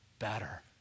better